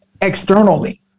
externally